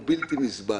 הוא בלתי נסבל.